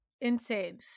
insane